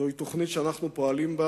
זוהי תוכנית שאנחנו פועלים בה